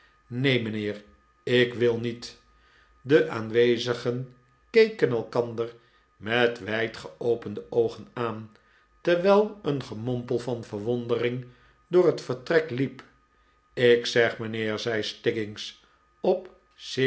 neen mijnheer ik wil niet de aanwezigen keken elkander met wijdgeopende oogen aan terwijl een gemompel van verwondering door het vertrek liep rr ik zeg mijnheer zei stiggins op